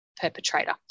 perpetrator